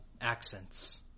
accents